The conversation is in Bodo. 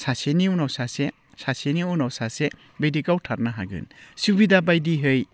सासेनि उनाव सासे सासेनि उनाव सासे बिदि गावथारनो हागोन सुबिदा बायदिहै